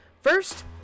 First